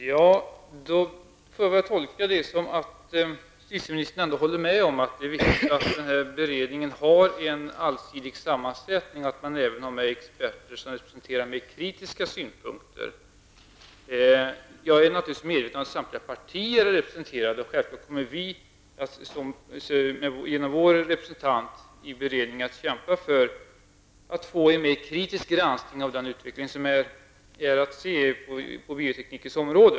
Herr talman! Jag tolkar detta som att justitieministern håller med om att det är viktigt att denna beredning har en allsidig sammansättning, och att man även har med experter som representerar kritiska synpunkter. Jag är naturligtvis medveten om att samtliga partier är representerade. Självfallet kommer vi i miljöpartiet genom vår representant att kämpa för att få en mer kritisk granskning av den utveckling som sker på bioteknikens område.